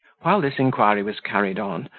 while this inquiry was carried on,